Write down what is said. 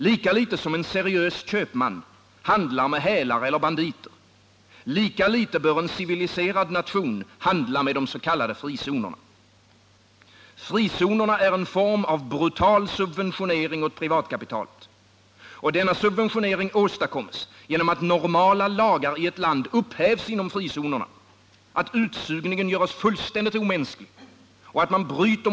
Lika litet som en seriös köpman handlar med hälare eller banditer, lika litet bör en civiliserad nation handla med de s.k. frizonerna. Frizonerna är en form av brutal subventionering av privatkapitalet. Denna subventionering åstadkoms genom att normala lagar i ett land upphävs inom frizonerna, att utsugningen görs fullständigt omänsklig och att man bryter .